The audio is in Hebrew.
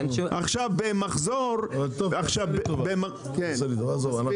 עכשיו, במחזור --- עשה לי טובה, עזוב.